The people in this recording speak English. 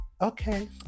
Okay